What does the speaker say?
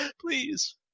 please